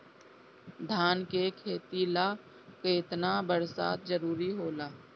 धान के खेती ला केतना बरसात जरूरी होला?